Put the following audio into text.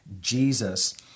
Jesus